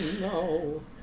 No